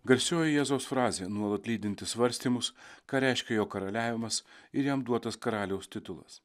garsioji jėzaus frazė nuolat lydinti svarstymus ką reiškia jo karaliavimas ir jam duotas karaliaus titulas